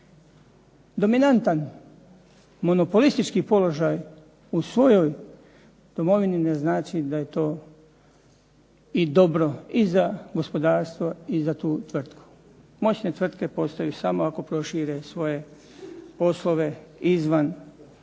Dominantan monopolistički položaj u svojoj domovini ne znači da je to i dobro i za gospodarstvo i za tu tvrtku. Močne tvrtke postaju samo ako prošire svoje poslove izvan svoje